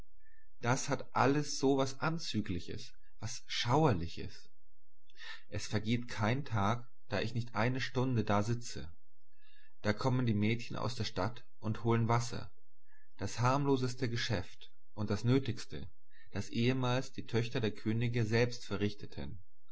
das hat alles so was anzügliches was schauerliches es vergeht kein tag daß ich nicht eine stunde da sitze da kommen die mädchen aus der stadt und holen wasser das harmloseste geschäft und das nötigste das ehemals die töchter der könige selbst verrichteten